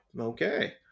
okay